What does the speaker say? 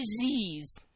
disease